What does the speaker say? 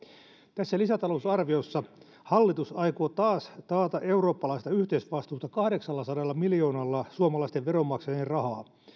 tässä lisätalousarviossa hallitus aikoo taas taata eurooppalaista yhteisvastuuta kahdeksallasadalla miljoonalla suomalaisten veronmaksajien rahaa